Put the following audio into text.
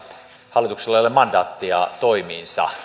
hallituksella ei ole mandaattia toimiinsa